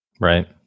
Right